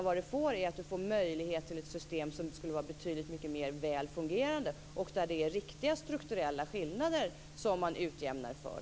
Vad det gör är att man får möjlighet till ett system som skulle vara betydligt mycket mer välfungerande och där det är riktiga strukturella skillnader som man utjämnar.